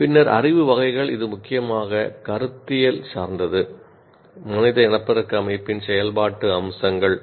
பின்னர் அறிவு வகைகள் இது முக்கியமாக கருத்தியல் சார்ந்தது "மனித இனப்பெருக்க அமைப்பின் செயல்பாட்டு அம்சங்கள்"